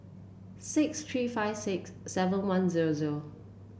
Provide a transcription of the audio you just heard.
six three five six seven one zero zero